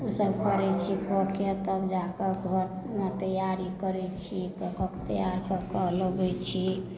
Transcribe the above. ओसब करय छी कऽके तब जाके घरमे तैयारी करय छी कऽ कऽ तैयार कऽके लबय छी